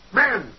men